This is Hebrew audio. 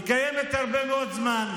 היא קיימת הרבה מאוד זמן,